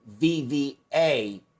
VVA